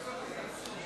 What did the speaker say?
לדבר.